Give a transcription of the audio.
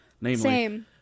Namely